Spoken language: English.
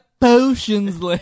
potions